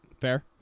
Fair